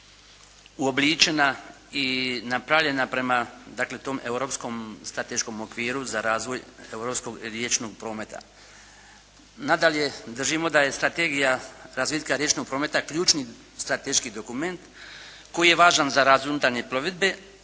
uobličena i napravljena prema tom europskom strateškom okviru za razvoj europskog riječnog prometa. Nadalje, držimo da je strategija razvitka riječnog prometa ključni strateški dokument koji je važan za razvoj unutarnje plovidbe